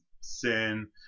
sin